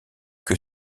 que